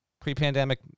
pre-pandemic